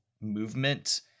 movement